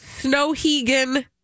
Snowhegan